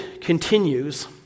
continues